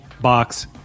box